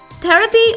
therapy